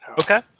Okay